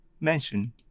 mention